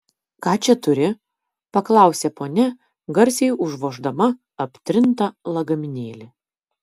ką čia turi paklausė ponia garsiai užvoždama aptrintą lagaminėlį